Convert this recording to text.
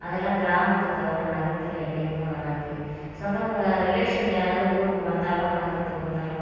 அதெல்லாம் கிராமத்தை தவிர நகரத்தில் என்றைக்குமே வராது சொந்த ஊர் ரிலேஷன் யாராவது ஊருக்கு வந்தாலும் நகரத்துக்கு வந்தாலும்